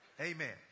Amen